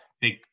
big